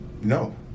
No